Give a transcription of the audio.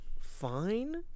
Fine